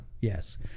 Yes